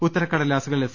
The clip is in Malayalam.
ഉത്തരക്കടലാസുകൾ എസ്